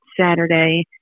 Saturday